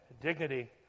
dignity